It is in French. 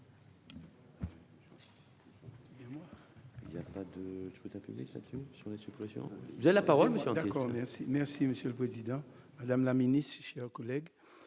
Merci